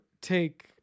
take